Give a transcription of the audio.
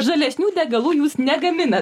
žalesnių degalų jūs negaminat